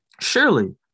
Surely